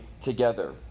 together